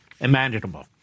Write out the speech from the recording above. imaginable